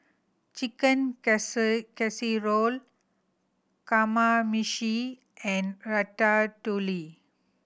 Chicken Casserole Kamameshi and Ratatouille